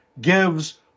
gives